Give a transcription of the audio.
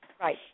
Right